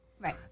Right